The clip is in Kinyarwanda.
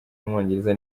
w’umwongereza